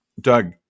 Doug